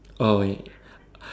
okay